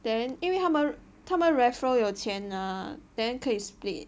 then 因为他们他们 referral 有钱拿 then 可以 split